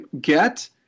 get